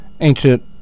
ancient